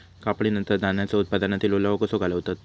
कापणीनंतर धान्यांचो उत्पादनातील ओलावो कसो घालवतत?